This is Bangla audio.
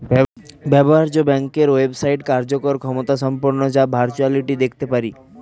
ব্যবহার্য ব্যাংকের ওয়েবসাইট কার্যকর ক্ষমতাসম্পন্ন যা ভার্চুয়ালি দেখতে পারি